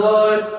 Lord